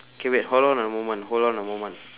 K wait hold on a moment hold on a moment